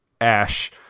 ash